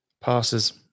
Passes